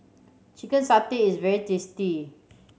chicken satay is very tasty